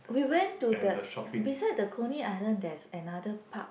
we went to the beside the Coney Island there is another park